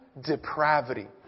depravity